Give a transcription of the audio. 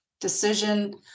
decision